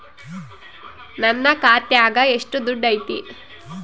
ನನ್ನ ಖಾತ್ಯಾಗ ಎಷ್ಟು ದುಡ್ಡು ಐತಿ?